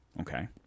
Okay